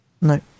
No